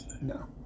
No